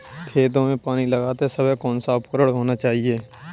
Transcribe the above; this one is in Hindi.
खेतों में पानी लगाते समय कौन सा उपकरण होना चाहिए?